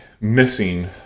missing